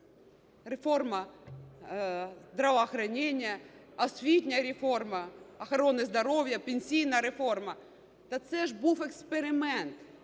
Реформа здравоохранения, освітня реформа, охорони здоров'я, пенсійна реформа – та це ж був експеримент,